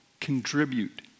contribute